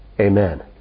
Amen